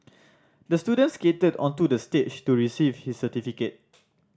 the student skated onto the stage to receive his certificate